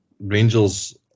Rangers